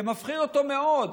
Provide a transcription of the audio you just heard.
זה מפחיד אותו מאוד.